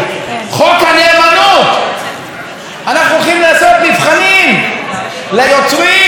אנחנו הולכים לעשות מבחנים ליוצרים ולסופרים ולקולנוענים